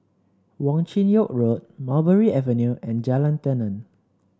Wong Chin Yoke Road Mulberry Avenue and Jalan Tenon